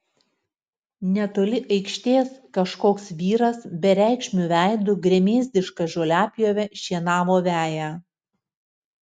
netoli aikštės kažkoks vyras bereikšmiu veidu gremėzdiška žoliapjove šienavo veją